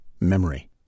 memory